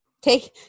take